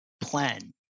plan